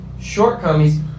shortcomings